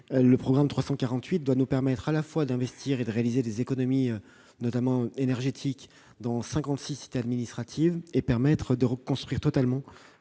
le programme 348 doit nous permettre à la fois d'investir afin de réaliser des économies, notamment énergétiques, dans cinquante-six cités administratives et de reconstruire totalement